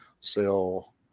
sell